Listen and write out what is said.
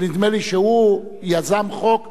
נדמה לי שהוא יזם חוק שהממשלה,